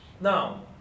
Now